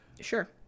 Sure